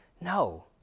No